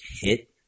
hit